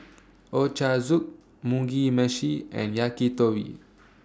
Ochazuke Mugi Meshi and Yakitori